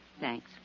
Thanks